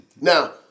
Now